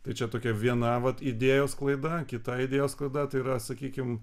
tai čia tokia viena vat idėjos sklaida kita idėjos sklaida tai yra sakykim